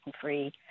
free